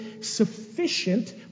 sufficient